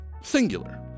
singular